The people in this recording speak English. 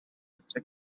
its